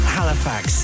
Halifax